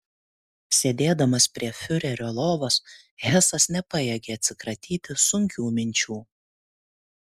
sėdėdamas prie fiurerio lovos hesas nepajėgė atsikratyti sunkių minčių